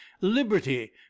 Liberty